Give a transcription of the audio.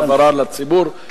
להבהרה לציבור,